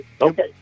Okay